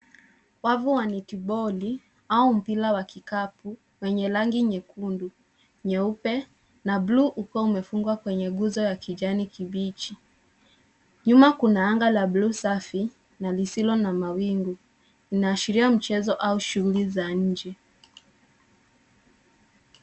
Wavu wa netiboli au mpira wa kikapu, wenye rangi nyekundu, nyeupe na bluu ukiwa umefungwa kwenye nguzo ya kijani kibichi. Nyuma kuna anga la bluu safi na lisilo na mawingu. Inaashiria mchezo au shughuli za inje.